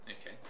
Okay